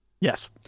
Yes